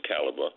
caliber